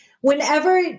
Whenever